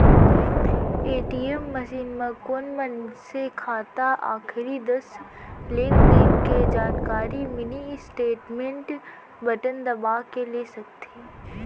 ATM machine म कोन मनसे खाता आखरी दस लेनदेन के जानकारी मिनी स्टेटमेंट बटन दबा के ले सकथे